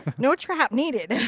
no trap needed!